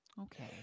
okay